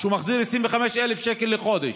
שהוא מחזיר 25,000 שקל לחודש,